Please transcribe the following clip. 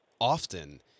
often